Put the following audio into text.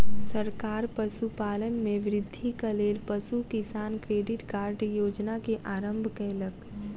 सरकार पशुपालन में वृद्धिक लेल पशु किसान क्रेडिट कार्ड योजना के आरम्भ कयलक